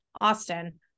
Austin